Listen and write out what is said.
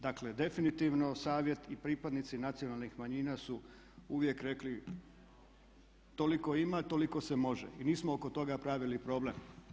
Dakle, definitivno Savjet i pripadnici nacionalnih manjina su uvijek rekli toliko ima i toliko se može i nismo oko toga pravili problem.